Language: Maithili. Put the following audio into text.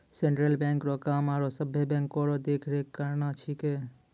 सेंट्रल बैंको रो काम आरो सभे बैंको रो देख रेख करना छिकै